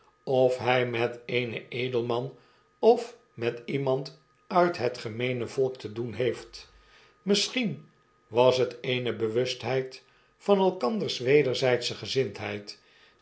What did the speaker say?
of hij met eenen edelman of met iemand uit het gemeene volk te doen heeft misschien was het eene bewustheid van elkanders wederzijdsche gezindheid